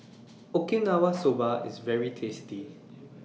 Okinawa Soba IS very tasty